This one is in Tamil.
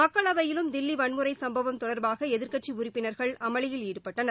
மக்களவையிலும் தில்லிவன்முறைசம்பவம் தொடர்பாகளதிர்க்கட்சிஉறுப்பினர்கள் அமளியில் ஈடுபட்டனர்